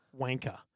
Wanker